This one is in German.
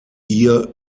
ihre